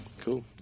Cool